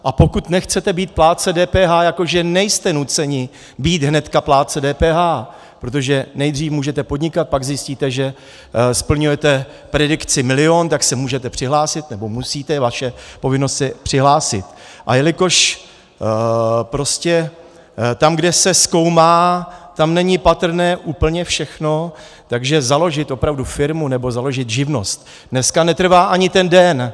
A pokud nechcete být plátce DPH, jako že nejste nuceni být hnedka plátce DPH, protože nejdřív můžete podnikat, pak zjistíte, že splňujete predikci milion, tak se můžete přihlásit, nebo musíte, je vaše povinnost se přihlásit, a jelikož tam, kde se zkoumá, tam není patrné úplně všechno, takže založit opravdu firmu nebo živnost dneska netrvá ani ten den.